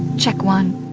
check one,